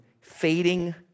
fading